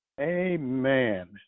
amen